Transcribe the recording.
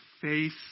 face